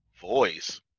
voice